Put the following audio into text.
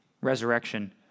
resurrection